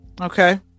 Okay